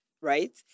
Right